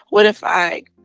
what if i, like,